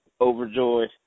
overjoyed